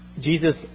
Jesus